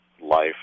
life